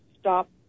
stop